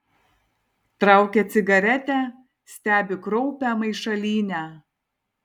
traukia cigaretę stebi kraupią maišalynę